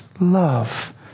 love